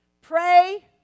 pray